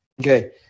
Okay